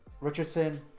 Richardson